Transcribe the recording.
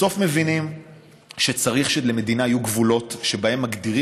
בסוף מבינים שצריך שלמדינה יהיו גבולות שבהם מגדירים